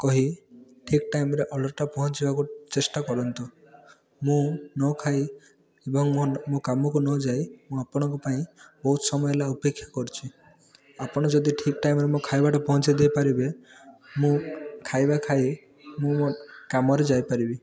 କହି ଠିକ୍ ଟାଇମ୍ରେ ଅର୍ଡ଼ର୍ଟା ପହଞ୍ଚେଇବାକୁ ଚେଷ୍ଟା କରନ୍ତୁ ମୁଁ ନଖାଇ ଏବଂ ମୋ କାମକୁ ନଯାଇ ମୁଁ ଆପଣଙ୍କ ପାଇଁ ବହୁତ ସମୟ ହେଲା ଅପେକ୍ଷା କରିଛି ଆପଣ ଯଦି ଠିକ୍ ଟାଇମ୍ରେ ମୋ ଖାଇବା ପହଞ୍ଚେଇ ଦେଇପାରିବେ ମୁଁ ଖାଇବା ଖାଇ ମୁଁ ମୋ କାମରେ ଯାଇପାରିବି